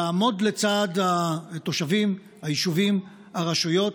לעמוד לצד התושבים, היישובים, הרשויות.